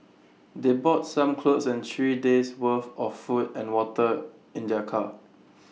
they brought some clothes and three days' worth of food and water in their car